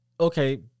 okay